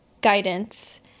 guidance